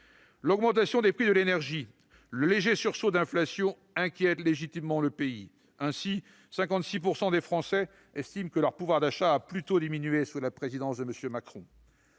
L'augmentation des prix de l'énergie et le léger sursaut d'inflation inquiètent légitimement le pays. Ainsi, 56 % des Français estiment que leur pouvoir d'achat a plutôt diminué sous la présidence de M. Macron.